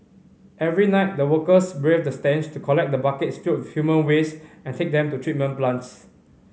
every night the workers braved the stench to collect the buckets filled with human waste and take them to treatment plants